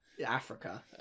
africa